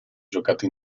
giocato